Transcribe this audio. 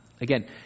again